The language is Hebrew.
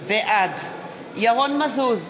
בעד ירון מזוז,